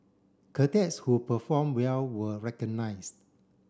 cadets who perform well were recognised